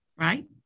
right